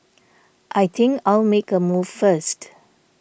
I think I'll make a move first